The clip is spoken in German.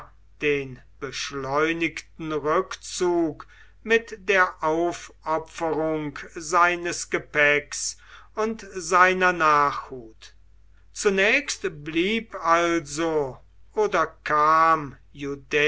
den beschleunigten rückzug mit der aufopferung seines gepäcks und seiner nachhut zunächst blieb also oder kam